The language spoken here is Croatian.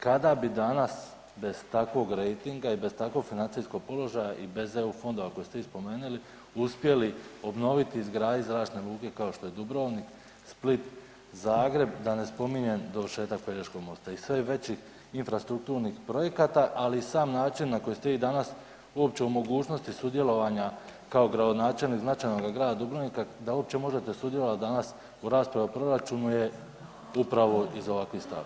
Kada bi danas bez takvog rejtinga i bez takvog financijskog položaja i bez EU fondova koje ste vi spomenuli uspjeli obnoviti i izgraditi zračne luke kao što je Dubrovnik, Split, Zagreb, da ne spominjem dovršetak Pelješkog mosta i sve je većih infrastrukturnih projekata, ali i sam način na koji ste vi danas uopće u mogućnosti sudjelovanja kao gradonačelnik značajnoga grada Dubrovnika da uopće možete sudjelovat danas u raspravi o proračunu je upravo iz ovakvih stavki.